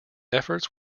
efforts